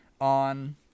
on